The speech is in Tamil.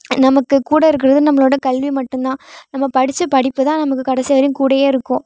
நமக்குக்கூட இருக்கிறது நம்மளோட கல்வி மட்டும் தான் நம்ம படித்த படிப்புதான் நமக்கு கடைசிவரையும் கூடயே இருக்கும்